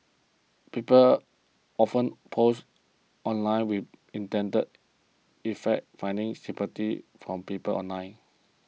people often post online with the intended effect of finding sympathy from people online